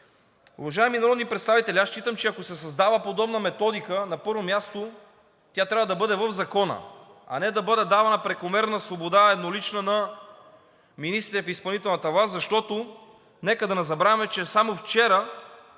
Уважаеми народни представители, считам, че ако се създава подобна методика, на първо място, тя трябва да бъде в Закона, а не да бъде давана прекомерна, еднолична свобода на министрите в изпълнителната власт – нека да не забравяме, че само вчера